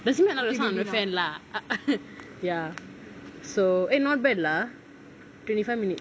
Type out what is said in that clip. that means I am not a fan lah ya so eh not bad lah twenty five minutes